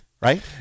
Right